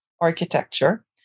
architecture